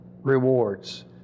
rewards